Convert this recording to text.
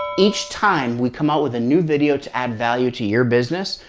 each time we come out with a new video to add value to your business,